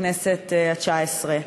בכנסת התשע-עשרה.